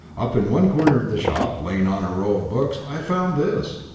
up in one corner of the shop, lying on a row of books, i found this.